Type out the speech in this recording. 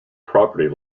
property